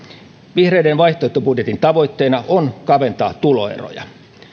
vihreiden vaihtoehtobudjetin tavoitteena on kaventaa tuloeroja